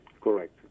Correct